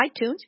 iTunes